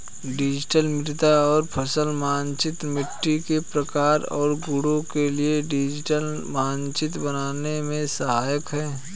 digital मृदा और फसल मानचित्रण मिट्टी के प्रकार और गुणों के लिए डिजिटल मानचित्र बनाने में सहायक है